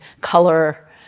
color